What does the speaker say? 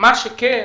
מה שכן,